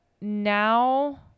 now